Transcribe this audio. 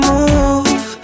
move